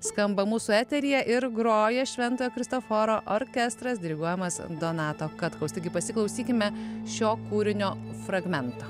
skamba mūsų eteryje ir groja švento kristoforo orkestras diriguojamas donato katkaus taigi pasiklausykime šio kūrinio fragmento